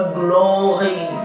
glory